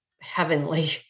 heavenly